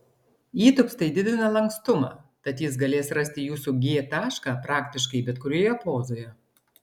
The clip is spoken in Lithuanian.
įtūpstai didina lankstumą tad jis galės rasti jūsų g tašką praktiškai bet kurioje pozoje